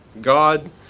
God